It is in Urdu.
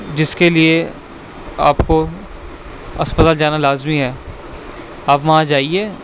جس کے لیے آپ کو اسپتال جانا لازمی ہے آپ وہاں جائیے